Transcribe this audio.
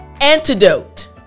antidote